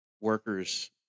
workers